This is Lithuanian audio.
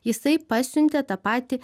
jisai pasiuntė tą patį